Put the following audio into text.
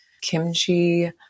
kimchi